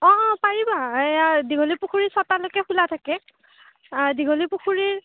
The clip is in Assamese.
অঁ অঁ পাৰিবা এয়া দীঘলী পুখুৰী ছটালৈকে খোলা থাকে দীঘলী পুখুৰীৰ